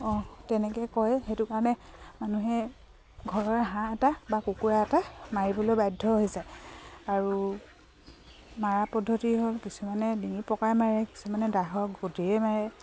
অঁ তেনেকৈ কয় সেইটো কাৰণে মানুহে ঘৰৰে হাঁহ এটা বা কুকুৰা এটা মাৰিবলৈ বাধ্য হৈ যায় আৰু মৰা পদ্ধতি হ'ল কিছুমানে ডিঙি পকাই মাৰে কিছুমানে দাৰ গাদিৰে মাৰে